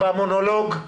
בבקשה, פרופ'